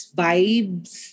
vibes